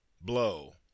blow